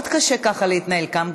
מאוד קשה להתנהל ככה כאן.